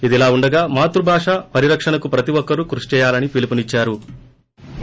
ఇదిలా ఉండగా మాతృభాష పరిరక్షణకు ప్రతి ఒక్కరూ కృషి చేయాలని పిలుపునిచ్చారు